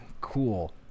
Cool